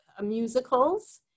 musicals